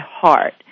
heart